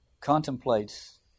contemplates